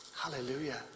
Hallelujah